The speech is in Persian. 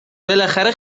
بالاخره